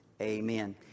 Amen